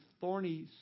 thorny